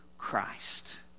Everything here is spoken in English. Christ